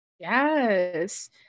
Yes